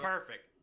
Perfect